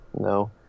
no